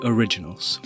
Originals